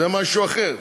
זה משהו אחר.